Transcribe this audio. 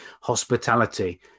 hospitality